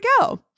go